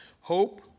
Hope